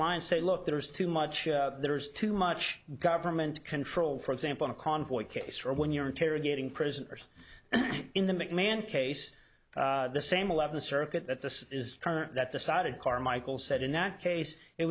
line say look there's too much there is too much government control for example in a convoy case or when you're interrogating prisoners and in the mcmahon case the same eleventh circuit that this is that decided carmichael said in that case it